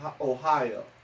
Ohio